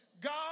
God